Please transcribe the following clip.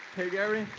hey gary,